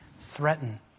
threaten